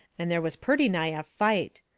and there was purty nigh a fight.